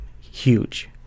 huge